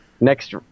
next